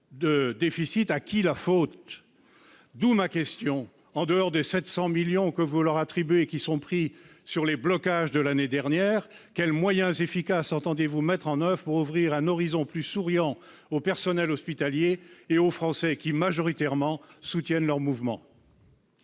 d'euros. À qui la faute ? Madame la ministre, en dehors des 700 millions d'euros que vous leur attribuez, pris sur les gels de l'an passé, quels moyens efficaces entendez-vous mettre en oeuvre pour ouvrir un horizon plus souriant aux personnels hospitaliers et aux Français qui, majoritairement, soutiennent leur mouvement ?